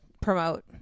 Promote